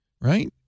right